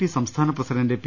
P സംസ്ഥാന president P